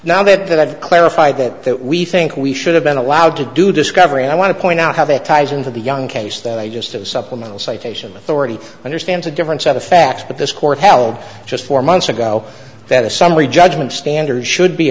now that i've clarified that that we think we should have been allowed to do discovery and i want to point out how that ties into the young case that i just of supplemental citation authority understands a different set of facts that this court held just four months ago that a summary judgment standard should be